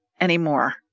anymore